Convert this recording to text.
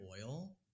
oil